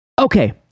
Okay